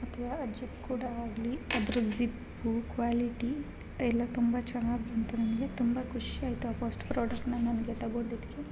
ಮತ್ತು ಆ ಜಿಪ್ ಕೂಡ ಆಗಲಿ ಅದ್ರ ಝಿಪ್ಪು ಕ್ವಾಲಿಟಿ ಎಲ್ಲ ತುಂಬ ಚೆನ್ನಾಗಿ ಬಂತು ನನಗೆ ತುಂಬ ಖುಷಿ ಆಯಿತು ಆ ಫಸ್ಟ್ ಪ್ರಾಡಕ್ಟ್ನ ನನಗೆ ತಗೊಂಡಿದ್ದಕ್ಕೆ